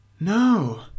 no